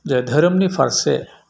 जे धोरोमनि फारसे